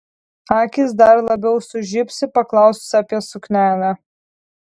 akys dar labiau sužibsi paklausus apie suknelę